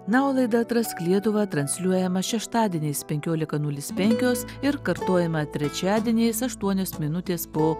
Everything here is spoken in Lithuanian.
na o laida atrask lietuvą transliuojama šeštadieniais penkiolika nulis penkios ir kartojama trečiadieniais aštuonios minutės po